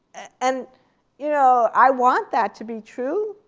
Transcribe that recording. and you know, i want that to be true.